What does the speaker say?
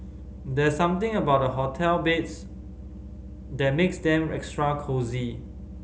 there's something about hotel beds that makes them extra cosy